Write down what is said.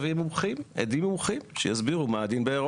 ומפנה בהזדמנויות שונות בתיקון לעקרונות